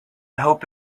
hope